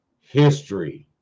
history